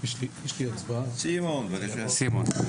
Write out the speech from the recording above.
ברשותכם.